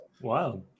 Wow